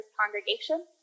congregation